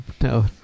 no